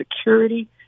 security